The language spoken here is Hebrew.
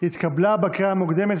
התקבלה בקריאה המוקדמת,